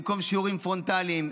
במקום שיעורים פרונטליים,